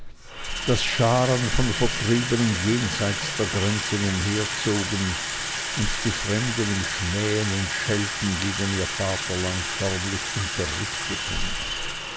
daß scharen von vertriebenen jenseits der grenzen umherzogen und die fremden im schmähen und schelten gegen ihr vaterland förmlich unterrichteten